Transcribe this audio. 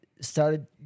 started